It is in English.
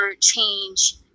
change